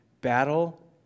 battle